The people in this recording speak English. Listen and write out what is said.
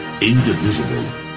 indivisible